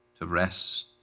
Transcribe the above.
to rest,